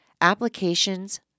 applications